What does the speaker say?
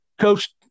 Coach